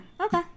Okay